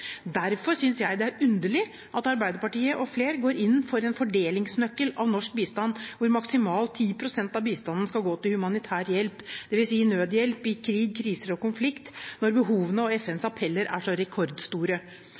Derfor synes jeg det er underlig at Arbeiderpartiet og flere går inn for en fordelingsnøkkel av norsk bistand hvor maksimalt 10 pst. av bistanden skal gå til humanitær hjelp, dvs. nødhjelp i krig, kriser og konflikt, når behovene og FNs appeller er rekordstore.